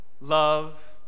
love